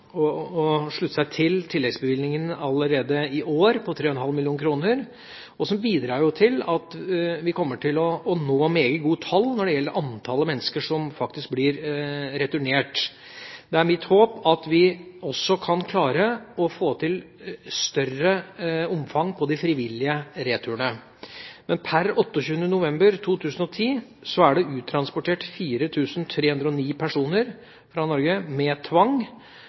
slutte seg til tilleggsbevilgningen på 3,5 mill. kr allerede i år, som bidrar til at vi kommer til å nå meget gode tall når det gjelder antallet mennesker som faktisk blir returnert. Det er mitt håp at vi også kan klare å få til et større omfang på de frivillige returene. Per 28. november 2010 var det uttransportert 4 309 personer fra Norge med tvang,